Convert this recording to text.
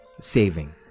saving